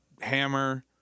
hammer